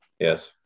Yes